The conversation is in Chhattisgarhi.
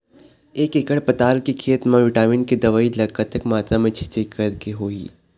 एक एकड़ पताल के खेत मा विटामिन के दवई ला कतक मात्रा मा छीचें करके होही?